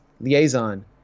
liaison